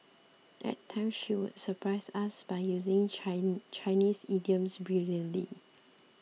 at times she would surprise us by using Chinese idioms brilliantly